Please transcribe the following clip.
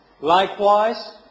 Likewise